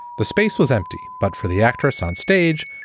the space was empty, but for the actress on stage,